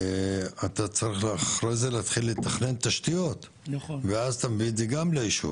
אתה צריך לאחר מכן לתכנן תשתיות ואז אתה מביא את זה גם לישוב.